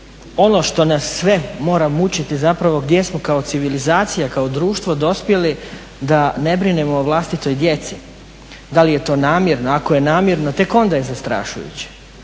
ono što nas sve mora mučiti zapravo gdje smo kao civilizacija, kao društvo dospjeli da ne brinemo o vlastitoj djeci. Da li je to namjerno, ako je namjerno tek onda je zastrašujuće,